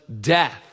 death